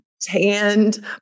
tanned